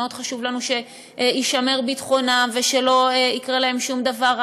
מאוד חשוב לנו שיישמר ביטחונם ושלא יקרה להם שום דבר רע.